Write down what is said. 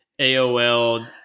aol